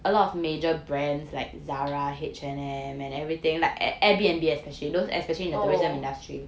oh